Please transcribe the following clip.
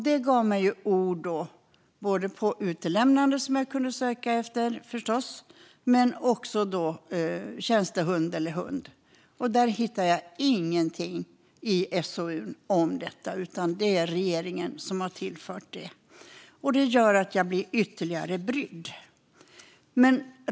Det gav mig orden "utlämnande", "tjänstehund" och "hund" att söka på, men jag hittade inget i SOU:n om detta. Det är alltså regeringen som har tillfört det. Detta gör mig ytterligare brydd.